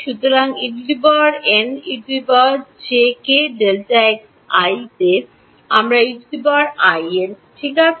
সুতরাংযে আমার En ঠিক আছে